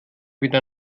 wieder